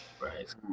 Right